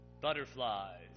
butterflies